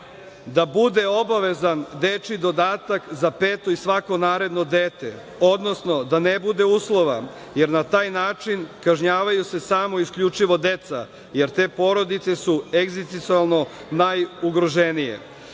bude obavezan dečiji dodatak za peto i svako naredno dete, odnosno da ne bude uslova, jer na taj način kažnjavaju se samo i isključivo deca, jer te porodice su egzistencijalno najugroženije.